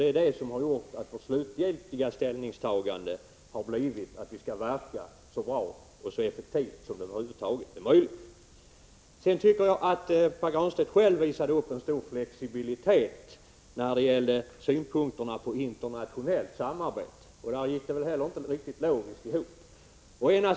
Det är det som har gjort att vårt slutgiltiga ställningstagande har blivit att vi skall verka där så bra och effektivt som det över huvud taget är möjligt. Pär Granstedt visade själv upp en stor flexibilitet när det gällde synpunkterna på internationellt samarbete. Hans resonemang gick väl inte heller riktigt logiskt ihop.